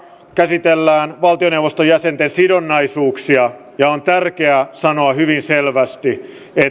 käsitellään valtioneuvoston jäsenten sidonnaisuuksia ja on tärkeää sanoa hyvin selvästi että